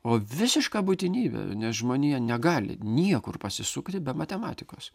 o visišką būtinybę nes žmonija negali niekur pasisukti be matematikos